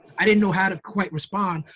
i didn't know how to quite respond,